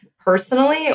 personally